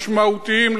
משמעותיים,